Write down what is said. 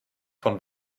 von